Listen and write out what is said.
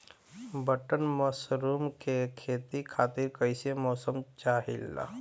Button mushroom के खेती खातिर कईसे मौसम चाहिला?